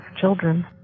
children